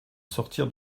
sortir